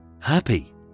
happy